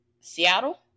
Seattle